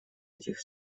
этих